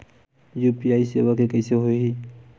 UPI सेवा के कइसे होही?